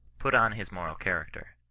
put on his moral character.